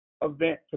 event